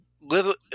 Live